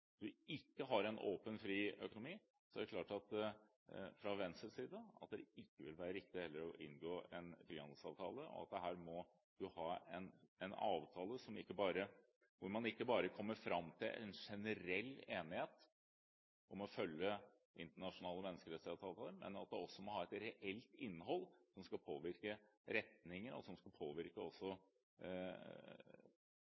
en åpen, fri økonomi, vil det da heller ikke være riktig å inngå en frihandelsavtale. Her må man ha en avtale hvor man ikke bare kommer fram til en generell enighet om å følge internasjonale menneskerettighetsavtaler, men man må ha et reelt innhold som gir mulighet til å påvirke retningen i de landene som